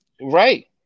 Right